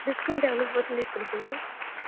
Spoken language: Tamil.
டிஸ்கவுண்ட் எவ்வளோ பர்சன்டேஜ் கொடுப்பீங்க